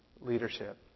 leadership